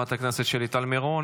תודה רבה לחברת הכנסת שלי טל מירון.